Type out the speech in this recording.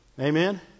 Amen